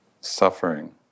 suffering